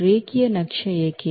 ರೇಖೀಯ ನಕ್ಷೆ ಏಕೆ